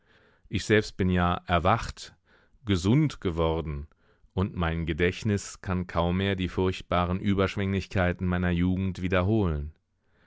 ich selbst bin ja erwacht gesund geworden und mein gedächtnis kann kaum mehr die furchtbaren überschwänglichkeiten meiner jugend wiederholen